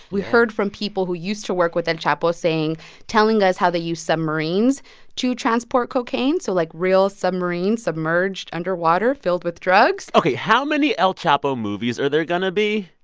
we heard from people who used to work with el chapo saying telling us how they used submarines to transport cocaine so like, real submarines submerged underwater filled with drugs ok. how many el chapo movies are there going to be?